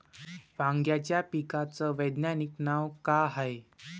वांग्याच्या पिकाचं वैज्ञानिक नाव का हाये?